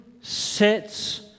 sits